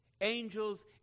angels